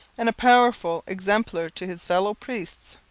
and a powerful exemplar to his fellow-priests.